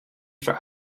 for